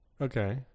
Okay